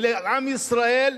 ולעם ישראל,